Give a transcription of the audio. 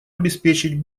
обеспечить